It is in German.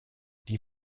die